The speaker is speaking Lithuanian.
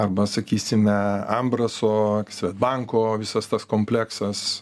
arba sakysime ambra su svedbanko visas tas kompleksas